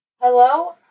Hello